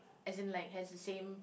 as in like has the same